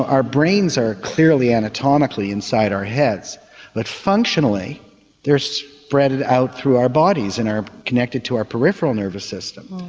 our brains are clearly anatomically inside our heads but functionally they're spread out through our bodies and are connected to our peripheral nervous system.